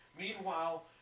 meanwhile